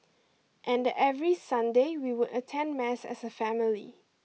and every Sunday we would attend mass as a family